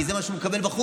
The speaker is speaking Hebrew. כי זה מה שהוא מקבל בחוץ.